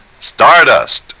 Stardust